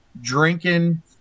drinking